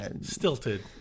Stilted